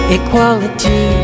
equality